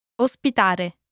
Ospitare